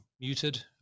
muted